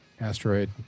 Asteroid